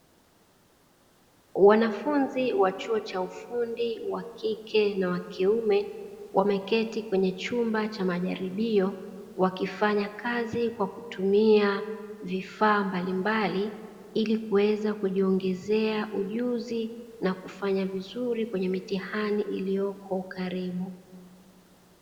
Wanafunzi wa chuo cha ufundi wa kike na wa kiume, wameketi kwenye chumba cha majaribio wakifanya kazi kwa kutumia vifaa mbalimbali, ili kuweza kujiongezea ujuzi na kufanya vizuri kwenye mitihani iliyopo karibu.